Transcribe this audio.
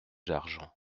d’argent